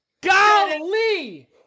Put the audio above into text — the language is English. Golly